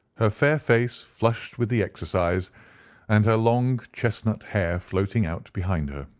her fair face flushed with the exercise and her long chestnut hair floating out behind her.